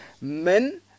men